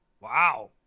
wow